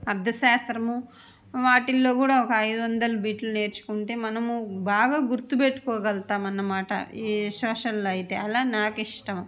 అర్థశాస్త్రము వాటిల్లో కూడా ఒక ఐదు వందలు బిట్లు నేర్చుకుంటే మనము బాగా గుర్తుపెట్టుకోగలతాము అన్నమాట ఈ సోషల్లో అయితే అలా నాకు ఇష్టము